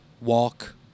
walk